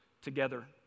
together